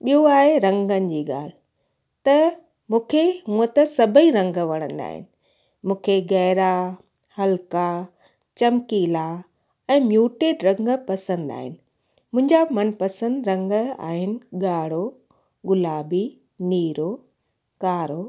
ॿियो आहे रंगनि जी ॻाल्हि त मूंखे उअं त सभई रंग वणंदा आहिनि मूंखे गहरा हल्का चमकीला ऐं म्यूटेड रंग पसंदि आहिनि मुंहिंजा मनपसंद रंग आहिनि ॻाढ़ो गुलाबी नीरो कारो